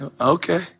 Okay